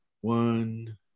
One